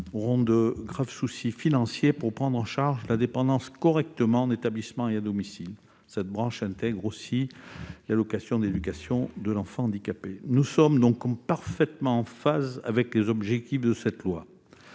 et à de graves soucis financiers pour prendre correctement en charge la dépendance en établissement et à domicile. Cette branche intègre aussi l'allocation d'éducation de l'enfant handicapé (AEEH). Nous sommes donc parfaitement en phase avec les objectifs de la loi.